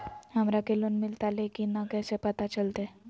हमरा के लोन मिलता ले की न कैसे पता चलते?